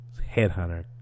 headhunter